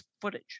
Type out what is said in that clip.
footage